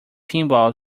pinball